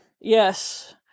Yes